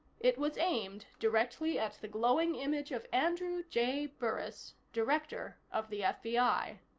it was aimed directly at the glowing image of andrew j. burris, director of the fbi.